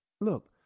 Look